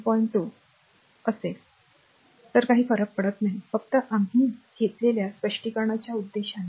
2 असेल तर काही फरक पडत नाही फक्त आम्ही घेतलेल्या स्पष्टीकरणाच्या उद्देशाने